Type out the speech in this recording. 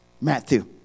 Matthew